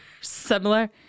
similar